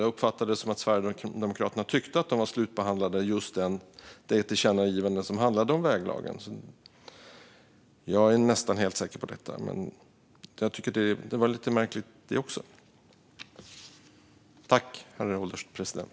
Jag uppfattade det som att Sverigedemokraterna tyckte att just det tillkännagivande som handlade om väglagen var slutbehandlat - jag är nästan helt säker på detta. Jag tycker att även det var lite märkligt.